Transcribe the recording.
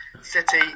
City